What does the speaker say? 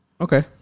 Okay